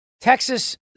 Texas